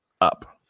up